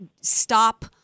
stop